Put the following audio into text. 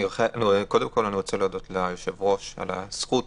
אני רוצה להודות ליושב-ראש על הזכות